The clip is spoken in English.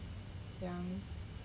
young